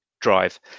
drive